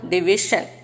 Division